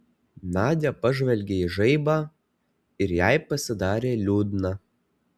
nadia pažvelgė į žaibą ir jai pasidarė liūdna